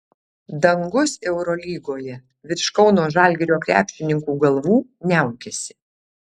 dangus eurolygoje virš kauno žalgirio krepšininkų galvų niaukiasi